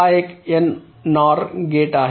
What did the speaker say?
हा एक NOR gate आहे